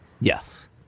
Yes